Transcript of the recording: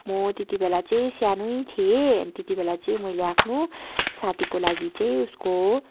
म त्यति बेला चाहिँ सानै थिए त्यति बेला चाहिँ मैले आफ्नो साथीको लागि चाहिँ उसको